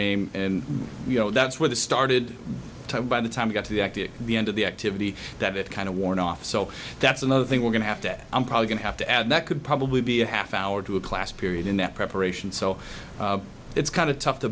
name and you know that's where the started by the time you got to the end of the activity that it kind of worn off so that's another thing we're going to have to i'm probably going to have to add that could probably be a half hour to a class period in that preparation so it's kind of tough to